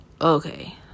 okay